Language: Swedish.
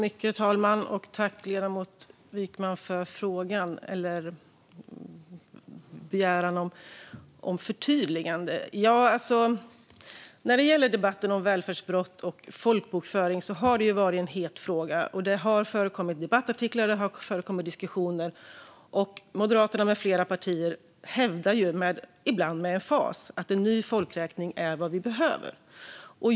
Fru talman! Tack, ledamoten Wykman, för frågan eller begäran om förtydligande! När det gäller debatten om välfärdsbrott och folkbokföring har det varit en het fråga, och det har förekommit debattartiklar och diskussioner. Moderaterna med flera partier hävdar, ibland med emfas, att en ny folkräkning är vad vi behöver.